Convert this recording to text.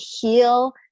heal